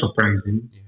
surprising